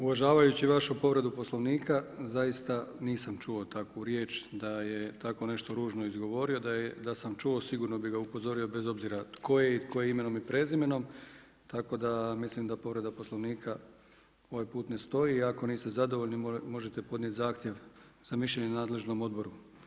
Uvažavajući vašu povredu Poslovnika zaista nisam čuo takvu riječ da je tako nešto ružno izgovorio, da sam čuo sigurno bi ga upozorio bez obzira tko je i tko je imenom i prezimenom, tako da mislim da povreda Poslovnika ovaj put ne stoji i ako niste zadovoljni možete podnijeti zahtjev za mišljenje nadležnom odboru.